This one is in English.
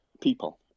people